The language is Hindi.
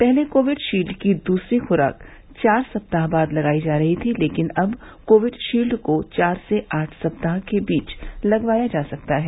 पहले कोविड शील्ड की दूसरी खुराक चार सप्ताह बाद लगाई जा रही थी लेकिन अब कोविड शील्ड को चार से आठ सप्ताह के बीच लगवाया जा सकता है